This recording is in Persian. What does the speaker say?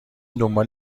دنبال